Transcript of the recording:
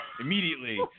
immediately